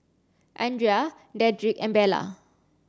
Andria Dedric and Bella